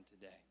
today